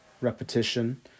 repetition